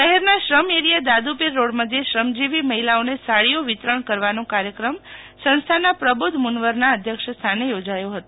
શહેરનાં શ્રમ એરિથા દાદુપીર રોડ મધ્યે શ્રમજીવી ઓને સાડીઓ વિતરણ કરવાનો કાર્યક્રમ સંસ્થાનાં શ્રી પ્રબીધ મુનવરનાં અધ્યક્ષ સ્થાને યોજાયો હતો